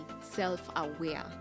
self-aware